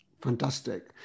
Fantastic